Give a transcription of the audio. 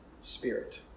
spirit